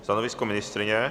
Stanovisko ministryně?